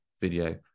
video